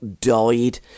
died